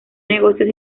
negocios